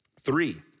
Three